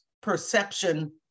perception